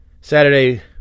Saturday